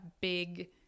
big